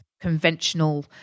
conventional